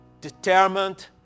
determined